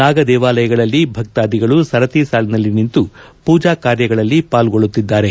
ನಾಗ ದೇವಾಲಯಗಳಲ್ಲಿ ಭಕ್ತಾಧಿಗಳು ಸರತಿ ಸಾಲಿನಲ್ಲಿ ನಿಂತು ಪೂಜಾ ಕಾರ್ಯಗಳಲ್ಲಿ ಪಾಲ್ಗೊಳ್ಳುತ್ತಿದ್ದಾರೆ